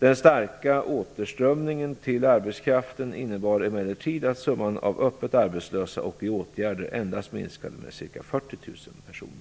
Den starka återströmningen till arbetskraften innebar emellertid att summan av öppet arbetslösa och i åtgärder endast minskade med ca 40 000 personer.